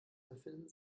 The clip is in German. befinden